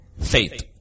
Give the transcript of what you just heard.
faith